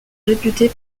réputée